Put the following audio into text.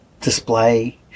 display